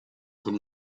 con